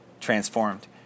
transformed